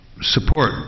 support